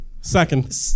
Second